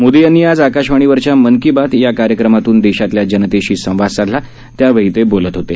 मोदी यांनी आज आकाशवाणीवरच्या मन की बात या कार्यक्रमातून देशातल्या जनतेशी संवाद साधला त्यावेळी ते बोलत होते